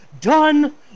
done